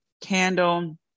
candle